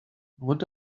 what